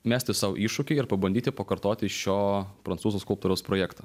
mesti sau iššūkį ir pabandyti pakartoti šio prancūzų skulptūriaus projektą